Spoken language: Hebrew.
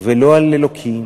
ולא על אלוקים